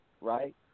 right